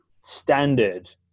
standard